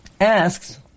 asks